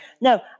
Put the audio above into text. no